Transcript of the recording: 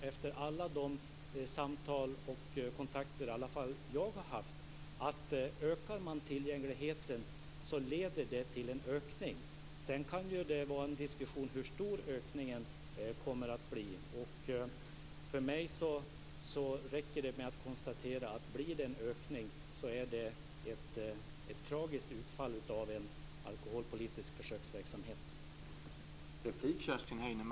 Efter alla de samtal och kontakter jag har haft är det klart att om tillgängligheten ökar leder den till en ökning av konsumtionen. Sedan kan det vara en diskussion om hur stor ökningen kommer att bli. Det räcker med att konstatera att en ökning är ett tragiskt utfall av en alkoholpolitisk försöksverksamhet.